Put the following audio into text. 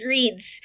Reads